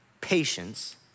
patience